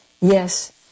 Yes